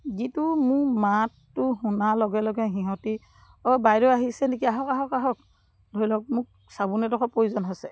যিটো মোৰ মাতটো শুনাৰ লগে লগে সিহঁতি অ' বাইদেউ আহিছে নেকি আহক আহক আহক ধৰি লওক মোক চাবোন এডোখৰ প্ৰয়োজন হৈছে